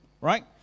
right